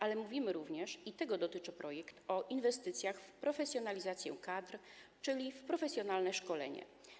Ale mówimy również - i tego dotyczy projekt - o inwestycjach w profesjonalizację kadr, czyli w profesjonalne szkolenia.